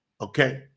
okay